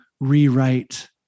rewrite